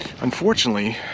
Unfortunately